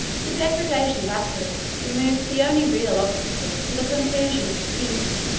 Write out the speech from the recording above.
the degradation of attalus removed the only real obstacle to the conclusion of the peace